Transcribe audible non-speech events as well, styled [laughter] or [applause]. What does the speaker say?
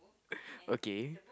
[breath] okay